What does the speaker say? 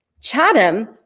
Chatham